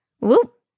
Whoop